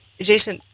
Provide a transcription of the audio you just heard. Jason